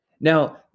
Now